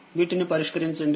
వీటిని పరిష్కరించండి